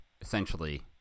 essentially